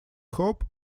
hop